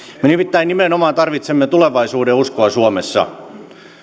me nimittäin nimenomaan tarvitsemme tulevaisuudenuskoa suomessa